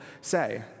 say